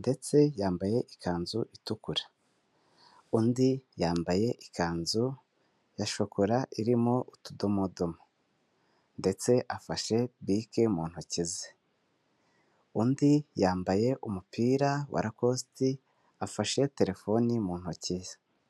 ndetse yambaye ikanzu itukura, undi yambaye ikanzu ya shokora irimo utudomodomo ndetse afashe bike mu ntoki ze undi yambaye umupira wa racositi afashe telefoni mu ntoki ze.